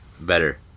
Better